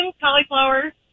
cauliflower